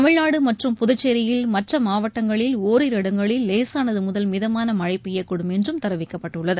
தமிழ்நாடு மற்றும் புதுச்சேரியில் மற்ற மாவட்டங்களில் ஒரிரு இடங்களில் லேசானது முதல் மிதமான மழை பெய்யக்கூடும் என்றும் தெரிவிக்கப்பட்டுள்ளது